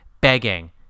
begging